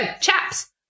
chaps